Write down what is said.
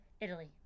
Italy